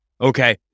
okay